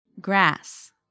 Grass